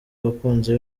abakunzi